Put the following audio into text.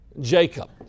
Jacob